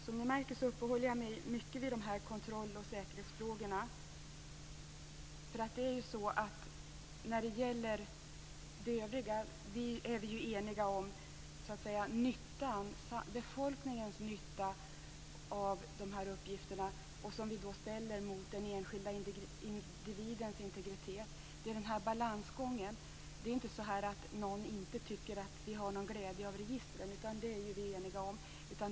Som ni märker uppehåller jag mig mycket vid kontroll och säkerhetsfrågorna. När det gäller det övriga är vi ju eniga om befolkningens nytta av de här uppgifterna. Den ställs mot den enskilda individens integritet. Det är en balansgång. Det är inte så att någon tycker att vi inte har någon glädje av registren - det är vi alla eniga om.